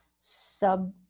sub